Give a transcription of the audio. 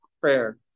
prayer